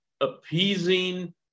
appeasing